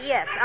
Yes